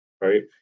right